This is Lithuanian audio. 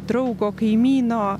draugo kaimyno